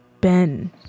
Ben